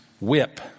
whip